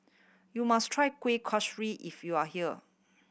you must try Kuih Kaswi if you are here